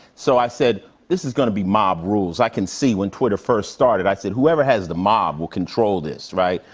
so, i said, this is gonna be my rules. i can see when twitter first started, i said, whoever has the mob will control this, right?